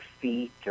feet